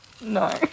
No